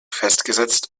festgesetzt